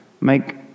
make